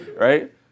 right